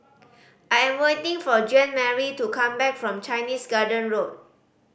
I am waiting for Jeanmarie to come back from Chinese Garden Road